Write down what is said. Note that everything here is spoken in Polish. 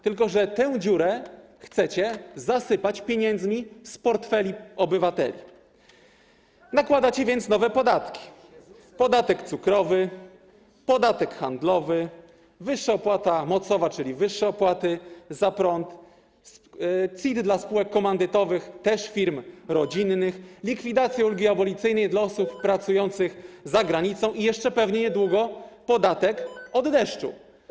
Tę dziurę chcecie zasypać pieniędzmi z portfeli obywateli, nakładacie więc nowe podatki: podatek cukrowy, podatek handlowy, wyższą opłatę mocową, czyli wyższe opłaty za prąd, CIT dla spółek komandytowych, firm rodzinnych, likwidację ulgi abolicyjnej dla osób pracujących za granicą, a pewnie niedługo podatek od deszczu.